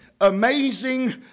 amazing